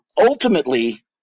ultimately